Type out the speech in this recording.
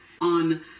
on